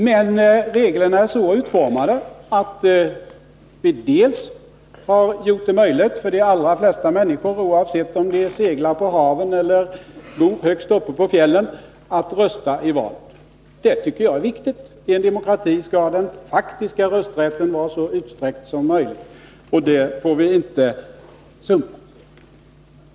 Men reglerna är så utformade att vi har gjort det möjligt för de flesta människor, oavsett om de seglar på haven eller bor högst uppe på fjällen, att rösta i val. Det tycker jag är viktigt — i en demokrati skall den faktiska rösträtten vara så utsträckt som möjligt, och det får vi inte sumpa.